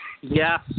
Yes